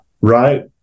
right